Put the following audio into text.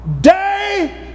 day